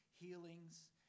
healings